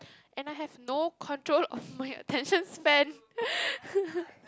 and I have no control of my attention span